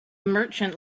merchant